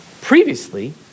previously